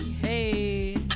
hey